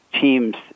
teams